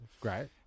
Great